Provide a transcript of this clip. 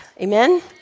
Amen